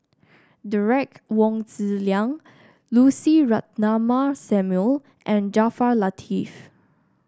Derek Wong Zi Liang Lucy Ratnammah Samuel and Jaafar Latiff